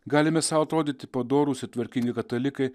galime sau atrodyti padorūs ir tvarkingi katalikai